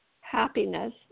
happiness